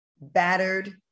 battered